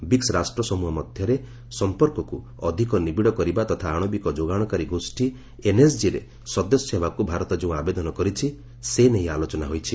BRICS ରାଷ୍ଟ୍ରସମ୍ଭହ ମଧ୍ୟରେ ସମ୍ପର୍କକୁ ଅଧିକ ନିବିଡ଼ କରିବା ତଥା ଆଣବିକ ଯୋଗାଣକାରୀ ଗୋଷ୍ଠୀ ଏନ୍ଏସ୍ଜିରେ ସଦସ୍ୟ ହେବାକୁ ଭାରତ ଯେଉଁ ଆବେଦନ କରିଛି ସେନେଇ ଆଲୋଚନା ହୋଇଛି